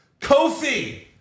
Kofi